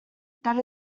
that